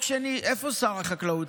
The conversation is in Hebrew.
איפה שר החקלאות?